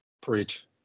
preach